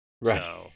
Right